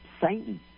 Satan